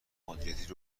مدیریتی